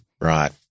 Right